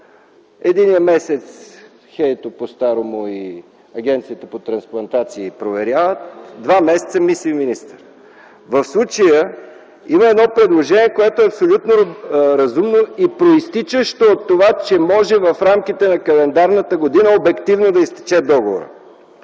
Единият месец ХЕИ-то по старому и Агенцията по трансплантация проверяват, два месеца мисли министърът. В случая има едно предложение, което е абсолютно разумно и произтичащо от това, че може в рамките на календарната година обективно да изтече договорът.